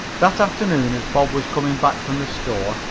that afternoon as bob was coming back from the store,